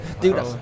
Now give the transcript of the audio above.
Dude